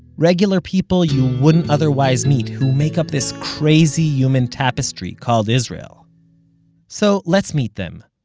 regular people you wouldn't otherwise meet, who make up this crazy human tapestry called israel so, let's meet them,